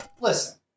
Listen